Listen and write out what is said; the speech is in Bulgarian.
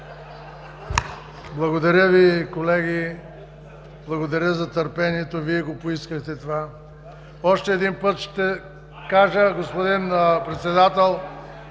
Благодаря Ви, колеги. Благодаря за търпението, Вие го поискахте това. Още един път ще кажа, господин Председател,